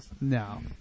No